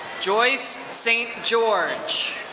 joyce, st. george.